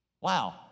Wow